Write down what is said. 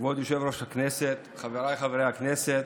כבוד יושב-ראש הכנסת, חבריי חברי הכנסת,